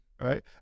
right